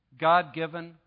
God-given